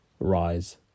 rise